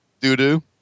Doo-doo